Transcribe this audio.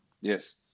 Yes